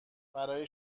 برای